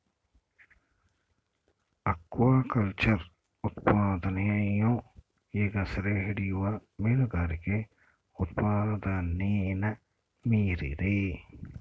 aquaculture ಉತ್ಪಾದನೆಯು ಈಗ ಸೆರೆಹಿಡಿಯುವ ಮೀನುಗಾರಿಕೆ ಉತ್ಪಾದನೆನ ಮೀರಿದೆ